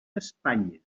espanya